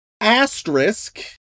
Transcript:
asterisk